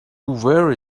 very